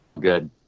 good